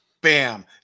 bam